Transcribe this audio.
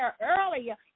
earlier